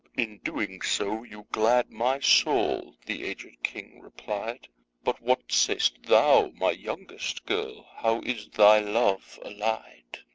in doing so, you glad my soul, the aged king reply'd but what sayst thou, my youngest girl, how is thy love ally'd?